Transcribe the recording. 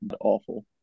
awful